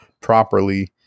properly